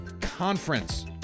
Conference